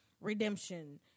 redemption